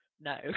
no